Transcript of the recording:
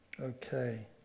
Okay